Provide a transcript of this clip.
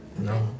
No